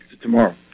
tomorrow